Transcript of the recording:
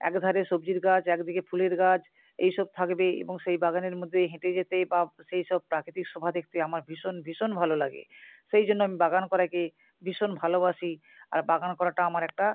এক ধারে সবজির গাছ এক দিকে ফুলের গাছ এই সব থাকবে এবং সেই বাগানের মধ্যে হেঁটে যেতে বা সেই সব প্রাকৃতিক শোভা দেখতে আমার ভীষণ ভীষণ ভালো লাগে সেই জন্য আমি বাগান করাকে ভীষণ ভালোবাসি আর বাগান করাটা আমার একটা